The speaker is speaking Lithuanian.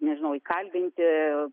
nežinau įkalbinti